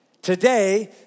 Today